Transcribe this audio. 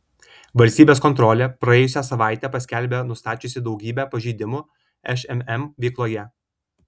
valstybės kontrolė praėjusią savaitę paskelbė nustačiusi daugybę pažeidimų šmm veikloje